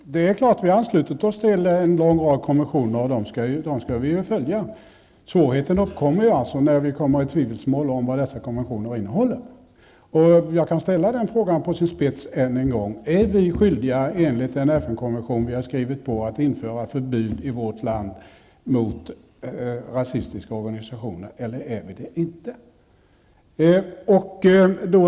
Herr talman! Ja, det är klart -- vi har anslutit oss till en lång rad konventioner, och dem skall vi följa. Svårigheten uppstår alltså när vi kommer i tvivelsmål om vad dessa konventioner innehåller. Jag kan ställa frågan på sin spets än en gång: Är vi skyldiga, enligt den FN-konvention vi har skrivit på, att i vårt land införa förbud mot rasistiska organisationer, eller är vi det inte?